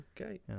Okay